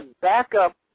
backup